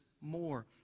more